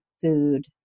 food